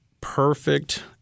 perfect